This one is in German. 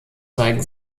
zeigen